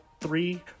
three